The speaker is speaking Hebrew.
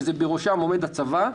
שבראשם עומד הצבא,